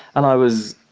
and i was,